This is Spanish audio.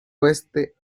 oeste